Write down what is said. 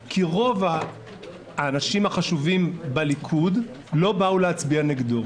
כי רוב האנשים החשובים בליכוד לא באו להצביע נגדה.